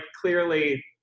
clearly